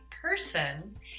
person